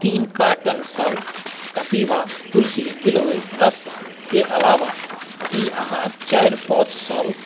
तीन कार्टन सभ कपीबा तुलसी गिलोय रस के अलावा कि अहाँ चारि पाउच सभ